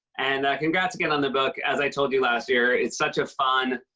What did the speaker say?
and congrats again on the book. as i told you last year, it's such a fun,